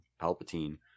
Palpatine